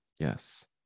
Yes